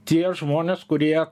tie žmonės kurie